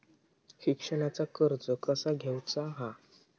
शिक्षणाचा कर्ज कसा घेऊचा हा?